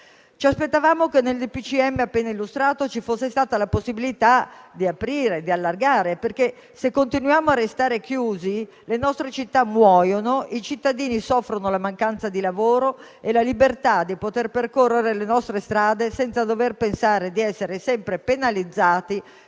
Consiglio dei ministri appena illustrato ci sarebbe stata la possibilità di aprire, di allargare, perché se continuiamo a restare chiusi le nostre città muoiono, i cittadini soffrono la mancanza di lavoro e la libertà di poter percorrere le nostre strade senza dover pensare di essere sempre penalizzati